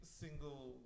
single